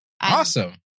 awesome